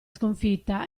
sconfitta